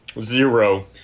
Zero